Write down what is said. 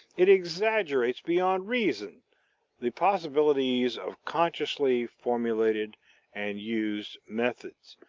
it exaggerates beyond reason the possibilities of consciously formulated and used methods,